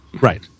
Right